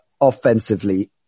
offensively